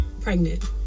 pregnant